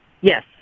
Yes